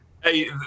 hey